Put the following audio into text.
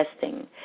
testing